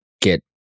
get